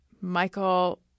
Michael